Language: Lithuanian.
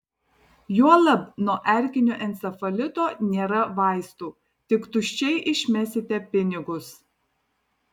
juolab nuo erkinio encefalito nėra vaistų tik tuščiai išmesite pinigus